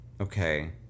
Okay